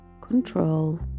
control